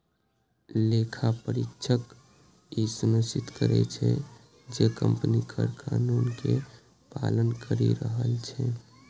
लेखा परीक्षक ई सुनिश्चित करै छै, जे कंपनी कर कानून के पालन करि रहल छै